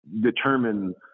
determine